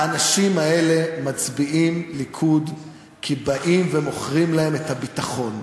האנשים האלה מצביעים ליכוד כי באים ומוכרים להם את הביטחון.